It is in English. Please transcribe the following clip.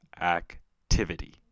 activity